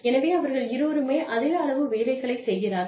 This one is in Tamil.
எனவே அவர்கள் இருவருமே அதே அளவு வேலைகளை செய்கிறார்கள்